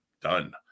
done